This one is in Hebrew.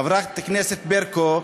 חברת הכנסת ברקו,